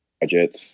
budgets